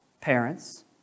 parents